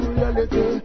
reality